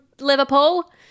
Liverpool